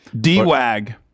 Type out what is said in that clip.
D-WAG